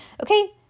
Okay